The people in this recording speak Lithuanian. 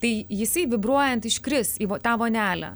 tai jisai vibruojant iškris į vo tą vonelę